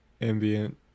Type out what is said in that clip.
ambient